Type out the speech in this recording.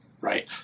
right